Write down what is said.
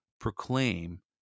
proclaim